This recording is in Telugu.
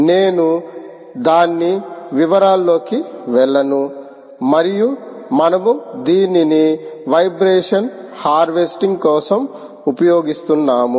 నేను దాని వివరాల్లోకి వెళ్లను మరియు మనము దీనిని వైబ్రేషన్ హార్వెస్టింగ్ కోసం ఉపయోగిస్తున్నాము